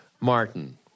Martin